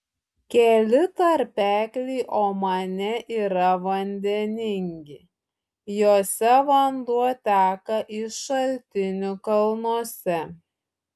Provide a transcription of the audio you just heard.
keli tarpekliai omane yra vandeningi juose vanduo teka iš šaltinų kalnuose